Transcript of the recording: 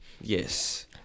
Yes